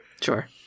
Sure